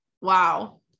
wow